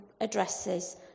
addresses